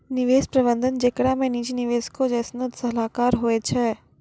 निवेश प्रबंधन जेकरा मे निजी निवेशको जैसनो सलाहकार होय छै